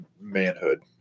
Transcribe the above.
manhood